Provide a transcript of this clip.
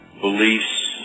beliefs